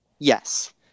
Yes